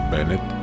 Bennett